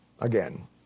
again